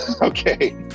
okay